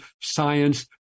science